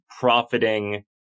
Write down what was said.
profiting